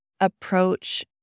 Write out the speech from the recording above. approach